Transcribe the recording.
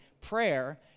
prayer